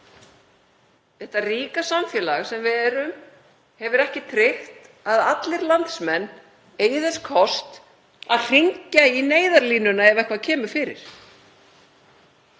Þetta ríka samfélag hefur ekki tryggt að allir landsmenn eigi þess kost að hringja í Neyðarlínuna ef eitthvað kemur fyrir.